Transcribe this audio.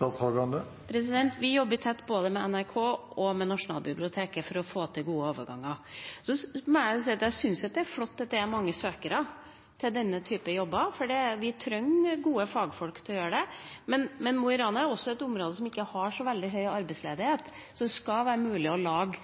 Vi jobber tett både med NRK og med Nasjonalbiblioteket for å få til gode overganger. Så må jeg jo si at jeg syns det er flott at det er mange søkere til denne typen jobber, for vi trenger gode fagfolk. Mo i Rana er også et område som ikke har så veldig høy arbeidsledighet, så det skal være mulig å lage